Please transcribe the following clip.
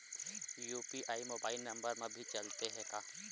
UPI mobile number मा भी चलते हे का?